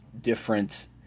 different